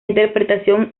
interpretación